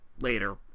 Later